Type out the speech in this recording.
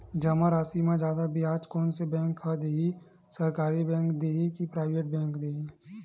जमा राशि म जादा ब्याज कोन से बैंक ह दे ही, सरकारी बैंक दे हि कि प्राइवेट बैंक देहि?